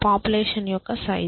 population యొక్క size